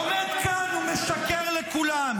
עומד כאן ומשקר לכולם.